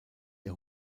der